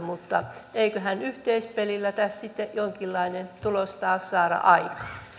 mutta eiköhän yhteispelillä tässä sitten jonkinlainen tulos taas saada aikaan